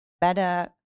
better